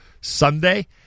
Sunday